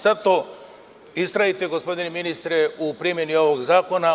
Zato istrajte, gospodine ministre, u primeni ovog zakona.